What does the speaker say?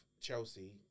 Chelsea